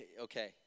okay